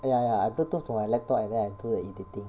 ah ya ya I bluetooth to my laptop and then I do the editing